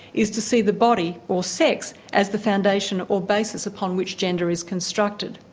is to see the body or sex, as the foundation or basis upon which gender is constructed.